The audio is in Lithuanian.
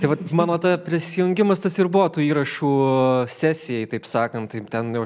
tai vat mano ta prisijungimas tas ir buvo tų įrašų sesijai taip sakant tai ten jau